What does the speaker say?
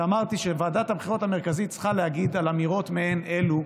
אמרתי שוועדת הבחירות המרכזית צריכה להגיד על האמירות מעין אלו: